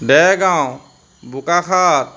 Dergaon Bokakhat